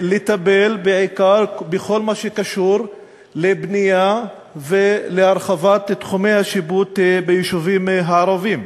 בעיקר בכל מה שקשור לבנייה ולהרחבת תחומי השיפוט ביישובים הערביים.